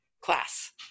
class